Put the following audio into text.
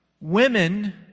women